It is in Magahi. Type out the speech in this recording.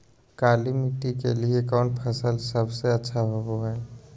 काली मिट्टी के लिए कौन फसल सब से अच्छा होबो हाय?